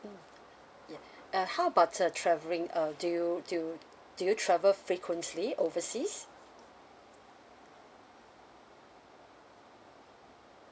mm ya uh how about the travelling uh do you do you do you travel frequently overseas